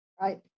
Right